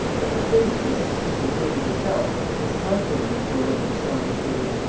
but the fate of this distinguished lady herself was calculated to awaken stronger feelings.